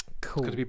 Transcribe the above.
cool